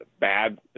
bad